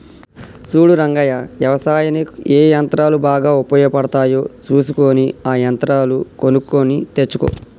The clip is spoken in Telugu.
సూడు రంగయ్య యవసాయనిక్ ఏ యంత్రాలు బాగా ఉపయోగపడుతాయో సూసుకొని ఆ యంత్రాలు కొనుక్కొని తెచ్చుకో